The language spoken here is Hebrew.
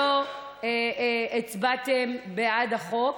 שלא הצבעתם בעד החוק.